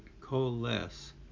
coalesce